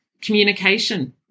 communication